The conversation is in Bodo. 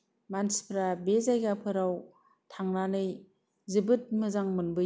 मानसिफोरा बे जायगाफोराव थांनानै जोबोद मोजां मोनबोयो